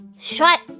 Shut